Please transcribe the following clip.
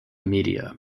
media